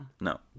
No